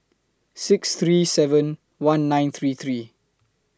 six three seven one nine three three